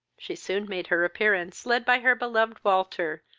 she soon made her appearance, led by her beloved walter,